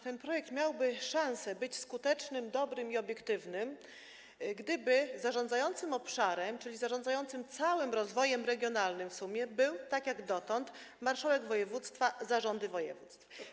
Ten projekt miałby szansę być skuteczny, dobry i obiektywny, gdyby zarządzającymi obszarem, czyli zarządzającymi w sumie całym rozwojem regionalnym, byli, tak jak dotąd, marszałkowie województw, zarządy województw.